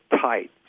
tight